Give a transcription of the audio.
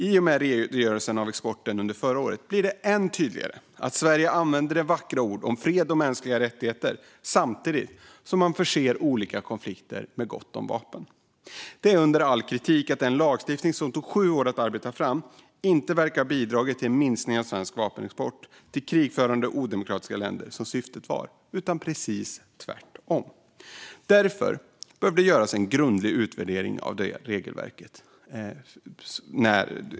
I och med redogörelsen av exporten under förra året blir det än tydligare att Sverige använder vackra ord om fred och mänskliga rättigheter samtidigt som man förser olika konflikter med gott om vapen. Det är under all kritik att den lagstiftning som det tog sju år att arbeta fram inte verkar ha bidragit till en minskning av svensk vapenexport till krigförande och odemokratiska länder, som syftet var, utan precis tvärtom. Därför behöver det göras en grundlig utvärdering av regelverket.